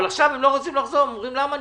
אבל עכשיו הם לא רוצים לחזור הם אומרים למה לי?